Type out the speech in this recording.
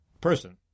person